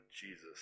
Jesus